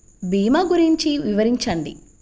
భీమా గురించి వివరించండి?